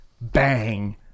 bang